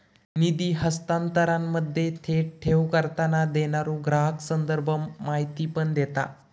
निधी हस्तांतरणामध्ये, थेट ठेव करताना, देणारो ग्राहक संदर्भ माहिती पण देता